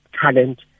talent